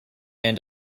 and